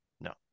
no